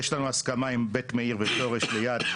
יש לנו הסכמה עם בית מאיר ושורש ליד,